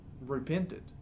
repented